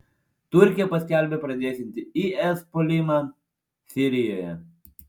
turkija paskelbė pradėsianti is puolimą sirijoje